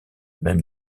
même